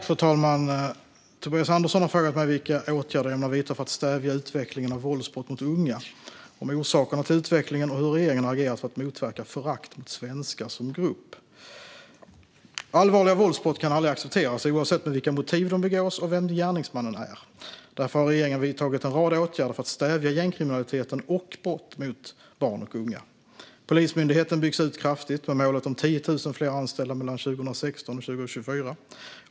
Fru talman! Tobias Andersson har frågat mig vilka åtgärder jag ämnar vidta för att stävja utvecklingen av våldsbrott mot unga, om orsakerna till utvecklingen och hur regeringen har agerat för att motverka förakt mot svenskar som grupp. Allvarliga våldsbrott kan aldrig accepteras, oavsett med vilka motiv de begås och vem gärningsmannen är. Därför har regeringen vidtagit en rad åtgärder för att stävja gängkriminaliteten och brott mot barn och unga. Polismyndigheten byggs ut kraftigt, med målet om 10 000 fler anställda mellan 2016 och 2024.